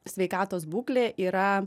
sveikatos būklė yra